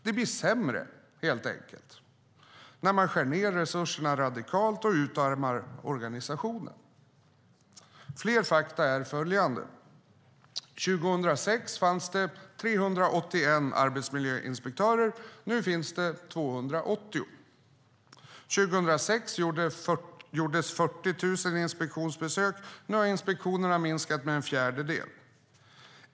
Det blir helt enkelt sämre när man skär ned resurserna radikalt och utarmar organisationen. Jag kan nämna ytterligare fakta. År 2006 fanns det 381 arbetsmiljöinspektörer. Nu finns det 280. År 2006 gjordes 40 000 inspektionsbesök. Nu har antalet inspektioner minskat med en fjärdedel.